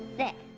that